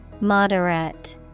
Moderate